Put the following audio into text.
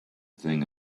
thing